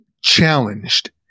challenged